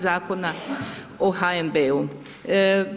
Zakona o HNB-u.